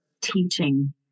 teaching